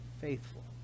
faithful